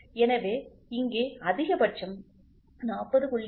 எனவே இங்கே அதிகபட்சம் 40